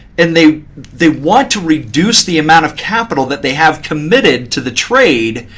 and they they want to reduce the amount of capital that they have committed to the trade,